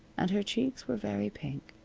and her cheeks were very pink.